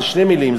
זה שתי מילים.